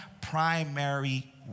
primary